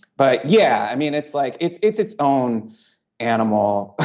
but yeah i mean it's like it's it's it's own animal